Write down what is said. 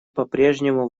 попрежнему